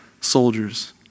soldiers